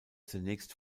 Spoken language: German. zunächst